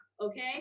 okay